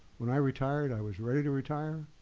when i retired, i was ready to retire.